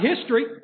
history